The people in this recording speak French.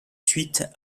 suite